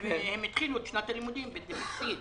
הם התחילו את שנת הלימודים בלי תקציב,